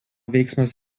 veiksmas